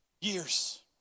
years